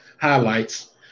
highlights